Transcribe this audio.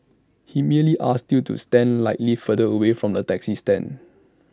he merely asked you to stand slightly further away from the taxi stand